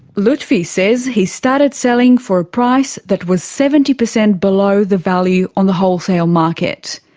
lutfi says he started selling for a price that was seventy percent below the value on the wholesale market.